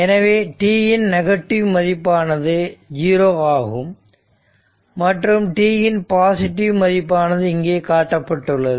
எனவே t இன் negative மதிப்பானது 0 ஆகும் மற்றும் t இன் பாசிட்டிவ் மதிப்பானது இங்கே காட்டப்பட்டுள்ளது